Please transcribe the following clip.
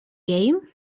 game